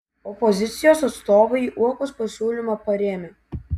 opozicijos atstovai uokos pasiūlymą parėmė